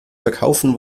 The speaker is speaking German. verkaufen